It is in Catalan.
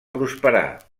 prosperar